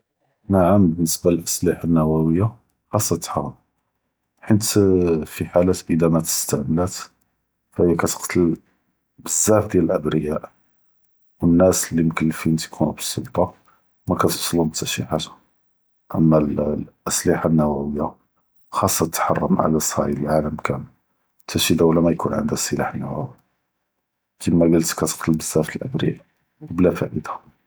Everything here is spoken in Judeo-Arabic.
נעם באלניסבה לאלסלאחה אלנוואיה קסתהא، חינת פי חאלאת אִדא מא אסתעמלת פהי כתקטל בזאף דיאל לאבריאא ו אנאס לי מכליפין תיקונוא באלניסבה מא כתוצלהם תא שי חאגה، אלא אלסלאחה אלנוואיה חאצהא תתחרם עלא צעיד אלעאלם כאמל, תא שי דולה מא יכון ענדהא אלסלאח אלנוואי, פין מא כאנת כתקטל בזאף ד אלאבריאא.